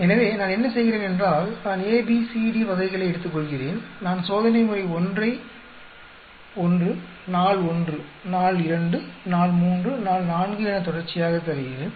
எனவே நான் என்ன செய்கிறேன் என்றால் நான் A B C D வகைகளை எடுத்துக்கொள்கிறேன் நான் சோதனைமுறை ஒன்றை 1 நாள் ஒன்று நாள் இரண்டு நாள் மூன்று நாள் நான்கு என தொடர்ச்சியாக தருகிறேன்